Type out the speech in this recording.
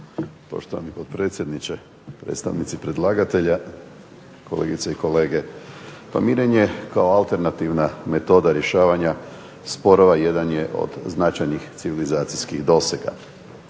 Poštovani potpredsjedniče. Predstavnici predlagatelja, kolegice i kolege. Pa mirenje kao alternativna metoda rješavanja sporova jedan je od značajnih civilizacijskih dosega.